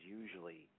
usually